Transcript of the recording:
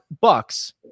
bucks